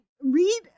read